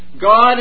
God